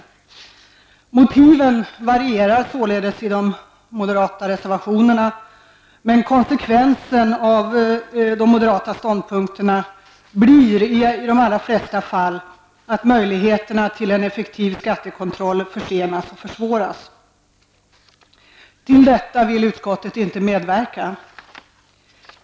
Motiven i de moderata reservationerna varierar alltså, men konsekvenserna av de moderata ståndpunkterna blir i de allra flesta fall att möjligheterna till en effektiv skattekontroll försenas och försvåras. Till detta vill utskottet inte medverka.